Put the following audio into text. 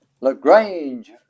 LaGrange